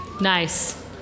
Nice